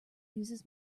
uses